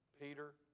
Peter